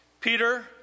Peter